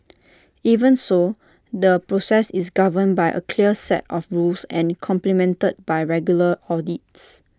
even so the process is governed by A clear set of rules and complemented by regular audits